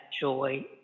joy